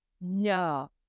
no